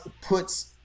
puts